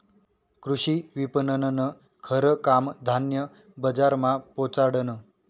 कृषी विपणननं खरं काम धान्य बजारमा पोचाडनं